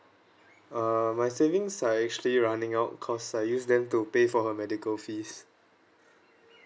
uh my savings are actually running out cause I use them to pay for her medical fees